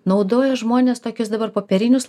naudoja žmonės tokius dabar popierinius